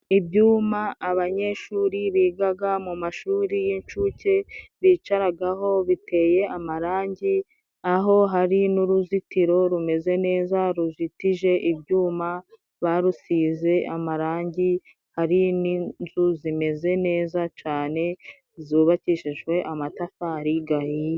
Ibyuma abanyeshuri bigaga mu mashuri y'incuke bicaragaho, biteye amarangi. Aho hari n'uruzitiro rumeze neza, rujitije ibyuma, barusize amarangi. Hari n'inzu zimeze neza cane, zubakishijwe amatafari gahiye.